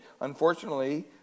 unfortunately